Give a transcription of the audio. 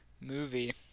movie